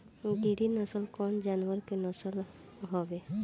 गिरी नश्ल कवने जानवर के नस्ल हयुवे?